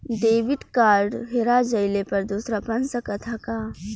Debit card हेरा जइले पर दूसर बन सकत ह का?